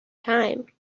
time